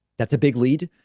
that's a big lead.